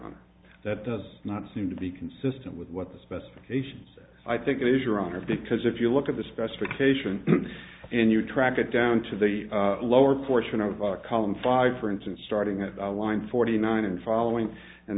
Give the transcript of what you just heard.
on that does not seem to be consistent with what the specifications i think it is your honor because if you look at the specifications and you track it down to the lower portion of our column five for instance starting at line forty nine and following and